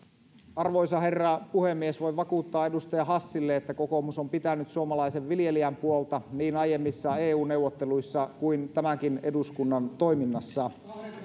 arvoisa herra puhemies voin vakuuttaa edustaja hassille että kokoomus on pitänyt suomalaisen viljelijän puolta niin aiemmissa eu neuvotteluissa kuin tämänkin eduskunnan toiminnassa